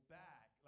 back